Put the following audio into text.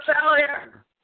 failure